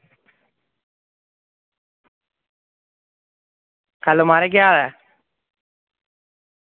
hello म्हाराज केह् हाल ऐ